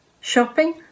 shopping